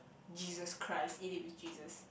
Jesus Christ eat it with Jesus